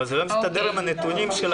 אבל זה לא מסתדר עם הנתונים שלכם.